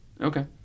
Okay